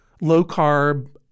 low-carb